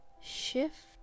Shift